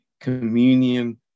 communion